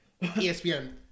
ESPN